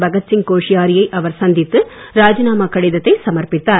பகத்சிங் கோஷ்யாரி யை அவர் சந்தித்து ராஜிநாமா கடிதத்தை சமர்ப்பித்தார்